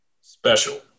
Special